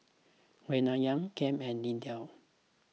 Reanna Cam and Lindell